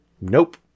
nope